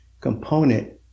component